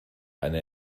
eine